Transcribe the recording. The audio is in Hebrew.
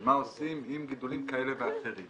מה עושים עם גידולים כאלה ואחרים.